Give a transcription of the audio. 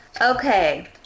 Okay